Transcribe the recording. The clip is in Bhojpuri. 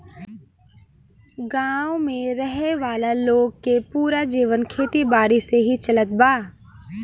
गांव में रहे वाला लोग के पूरा जीवन खेती बारी से ही चलत बा